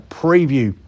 preview